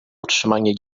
utrzymanie